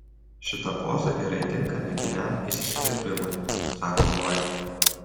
šita poza gerai tinka negiliam įsiskverbimui sako loyd